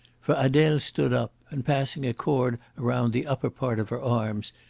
for adele stood up, and, passing a cord round the upper part of her arms,